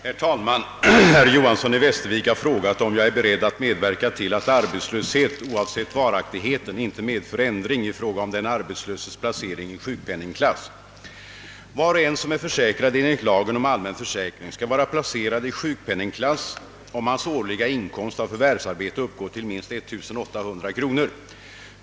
Herr talman! Herr Johanson i Västervik har frågat, om jag är beredd att medverka till att arbetslöshet, oavsett varaktigheten, inte medför ändring i fråga om den arbetslöses placering i sjukpenningklass. Var och en som är försäkrad enligt lagen om allmän försäkring skall vara placerad i sjukpenningklass, om hans årliga inkomst av förvärvsarbete uppgår till minst 1 800 kronor.